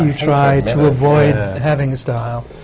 try to avoid having a style,